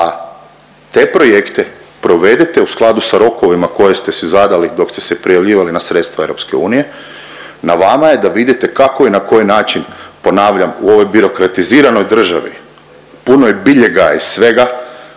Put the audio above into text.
da te projekte provedete u skladu sa rokovima koje ste si zadali dok ste se prijavljivali na sredstva EU, na vama je da vidite kako i na koji način, ponavljam, u ovoj birokratiziranoj državi punoj biljega i svega,